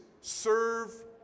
serve